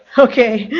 okay,